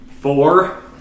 Four